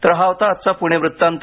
तर हा होता आजचा पुणे वृत्तांत